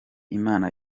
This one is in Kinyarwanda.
imana